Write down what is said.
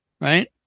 right